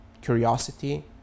curiosity